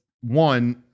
one